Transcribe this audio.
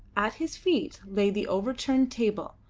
at his feet lay the overturned table,